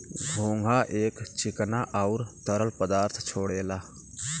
घोंघा एक चिकना आउर तरल पदार्थ छोड़ेला